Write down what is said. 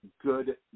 good